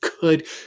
good